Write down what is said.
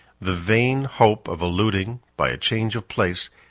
the vain hope of eluding, by a change of place,